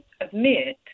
admit